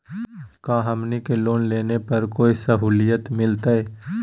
का हमनी के लोन लेने पर कोई साहुलियत मिलतइ?